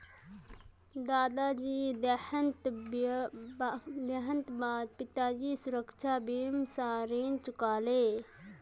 दादाजीर देहांतेर बा द पिताजी सुरक्षा बीमा स ऋण चुका ले